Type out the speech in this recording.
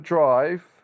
Drive